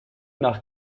nach